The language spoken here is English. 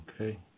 Okay